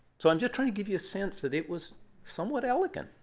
so i'm just trying to give you a sense that it was somewhat elegant.